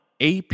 AP